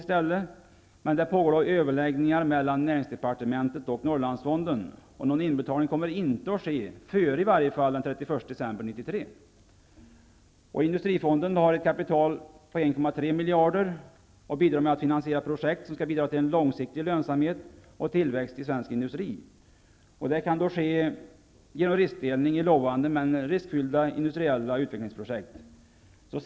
Överläggningar pågår nu mellan näringsdepartementet och Norrlandsfonden, och någon inbetalning kommer i varje fall inte att ske före den 31 december 1993. Industrifonden har ett kapital på 1,3 miljarder och hjälper till med finansiering av projekt som skall bidra till långsiktig lönsamhet och tillväxt i svensk industri. Detta kan ske genom riskdelning i lovande men riskfyllda industriella utvecklingsprojekt.